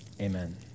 amen